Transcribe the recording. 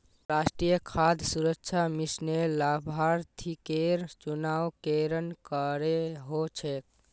राष्ट्रीय खाद्य सुरक्षा मिशनेर लाभार्थिकेर चुनाव केरन करें हो छेक